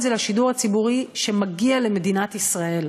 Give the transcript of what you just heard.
זה לשידור הציבורי שמגיע למדינת ישראל,